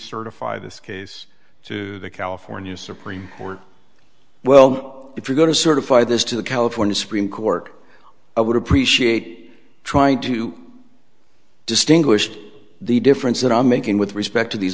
certify this case to the california supreme court well if you go to certify this to the california supreme court i would appreciate trying to distinguished the difference that i'm making with respect to these